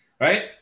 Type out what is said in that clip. right